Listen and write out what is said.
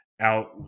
out